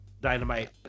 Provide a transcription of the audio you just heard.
dynamite